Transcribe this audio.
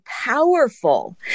powerful